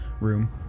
room